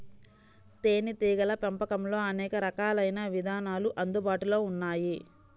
తేనీటీగల పెంపకంలో అనేక రకాలైన విధానాలు అందుబాటులో ఉన్నాయి